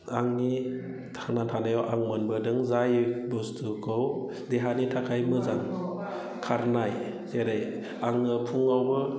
आंनि थांना थानायाव आं मोनबोदों जाय बुस्तुखौ देहानि थाखाय मोजां खारनाय जेरै आङो फुङावबो